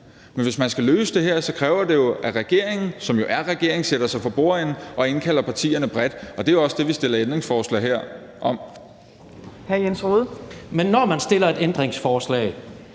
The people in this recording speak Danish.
Men hvis man skal løse det her, kræver det jo, at regeringen, som jo er regering, sætter sig for bordenden og indkalder partierne bredt. Og det er jo også det, vi stiller ændringsforslag om her. Kl. 10:17 Fjerde næstformand